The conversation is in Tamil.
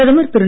பிரதமர் திரு